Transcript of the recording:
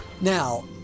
Now